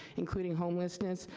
including homelessness,